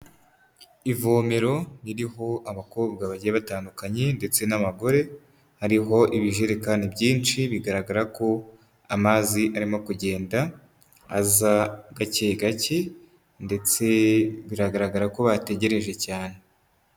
Ivomero ririho abakobwa bagiye batandukanye ndetse n'abagore, hariho ibijerekani byinshi bigaragara ko amazi arimo kugenda aza gake gake ndetse biragaragara ko bategereje cyane.